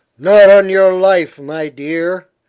not on your life, my dear,